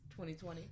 2020